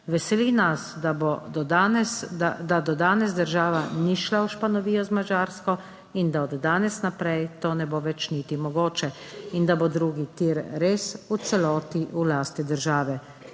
veseli nas, da do danes država ni šla v španovijo z Madžarsko in da od danes naprej to ne bo več niti mogoče in da bo drugi tir res v celoti v lasti države.